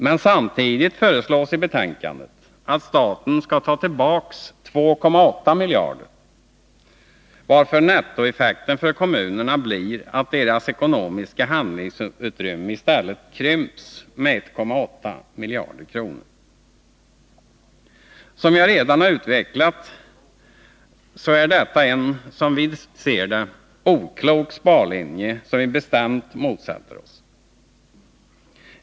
Men samtidigt föreslås i betänkandet att staten skall ta tillbaka 2,8 miljarder, varför nettoeffekten för kommunerna blir att deras ekonomiska handlingsutrymme istället krymps med 1,8 miljarder. Som jag redan utvecklat är detta en som vi ser det oklok sparlinje, som vi bestämt motsätter oss.